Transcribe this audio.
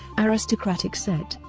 aristocratic set,